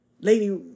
Lady